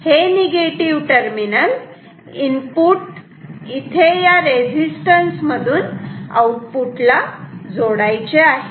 हे negative input इथे या रेजिस्टन्स मधून आउटपुट ला जोडायचे आहे